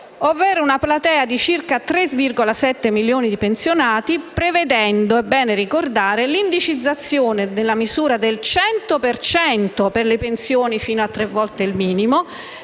ovvero una platea di circa 3,7 milioni di pensionati, prevedendo - è bene ricordarlo - l'indicizzazione nella misura del 100 per cento per le pensioni fino a tre volte il minimo,